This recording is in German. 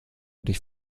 dich